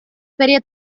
feria